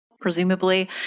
Presumably